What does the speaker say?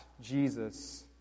Jesus